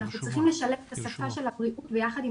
אנחנו צריכים לשלב את השפה של הבריאות ביחד עם